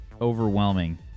overwhelming